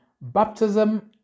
baptism